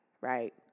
right